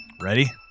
Ready